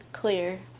clear